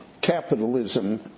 capitalism